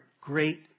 great